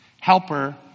Helper